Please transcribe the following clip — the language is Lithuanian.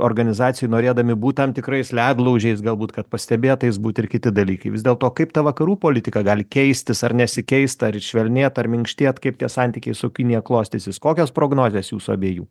organizacijoj norėdami būt tam tikrais ledlaužiais galbūt kad pastebėtais būti ir kiti dalykai vis dėlto kaip ta vakarų politika gali keistis ar nesikeist ar švelnėt ar minkštėt kaip tie santykiai su kinija klostysis kokios prognozės jūsų abiejų